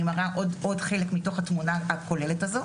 מראה עוד חלק מתוך התמונה הכוללת הזו.